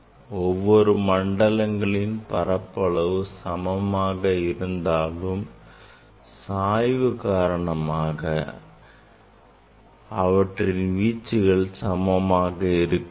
ஒவ்வொரு மண்டலங்களின் பரப்பளவு சமமாக இருந்தாலும் சாய்வு காரணியின் காரணமாக அவற்றின் வீச்சுக்கள் சமமாக இருக்காது